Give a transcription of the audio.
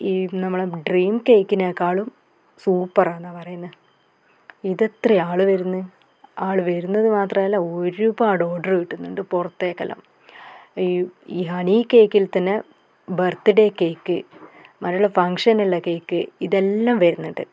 ഈ നമ്മുടെ ഡ്രീം കേക്കിനേക്കാളും സൂപ്പർ ആന്നാ പറയുന്നത് ഇത് എത്ര ആൾ വരുന്നത് ആൾ വരുന്നത് മാത്രമല്ല ഒരുപാട് ഓർഡർ കിട്ടുന്നുണ്ട് പുറത്തേക്ക് എല്ലാം ഈ ഈ ഹണി കേക്കിൽ തന്നെ ബർത്ത് ഡേ കേക്ക് അതുപോലെ ഫംഗ്ഷനിലുള്ള കേക്ക് ഇതെല്ലാം വരുന്നുണ്ട്